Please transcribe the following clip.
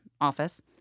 office